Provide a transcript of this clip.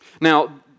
Now